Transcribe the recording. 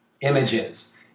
images